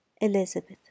Elizabeth